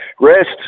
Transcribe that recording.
rest